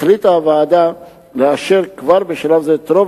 החליטה הוועדה לאשר כבר בשלב זה את רוב